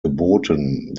geboten